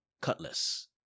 Cutlass